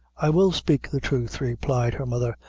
i will spake the thruth, replied her mother,